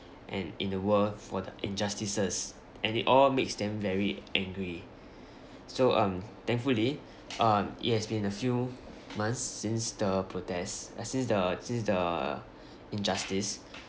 and in the world for the injustices and it all makes them very angry so um thankfully uh it has been a few months since the protests since the since the injustice